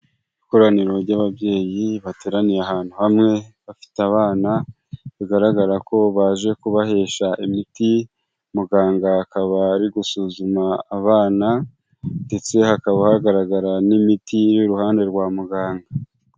Ikoraniro ry'ababyeyi bateraniye ahantu hamwe bafite abana, bigaragara ko baje kubahesha imiti. Muganga akaba ari gusuzuma abana ndetse hakaba hagaragara n'imiti iri iruhande rwa muganga.